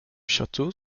château